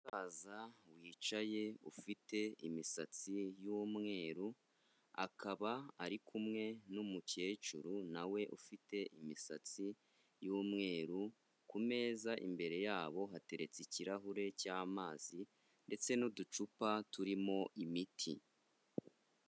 Umusaza wicaye ufite imisatsi y'umweru akaba ari kumwe n'umukecuru nawe ufite imisatsi y'umweru kumeza imbere yabo hateretse ikirahure cy'amazi ndetse n'uducupa turimo imiti.